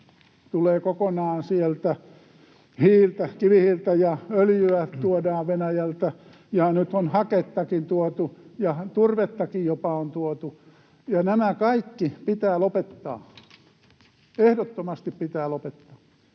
tulee kokonaan sieltä, kivihiiltä ja öljyä tuodaan Venäjältä, ja nyt on hakettakin tuotu ja jopa turvettakin on tuotu. Nämä kaikki pitää lopettaa, ehdottomasti pitää lopettaa,